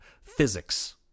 physics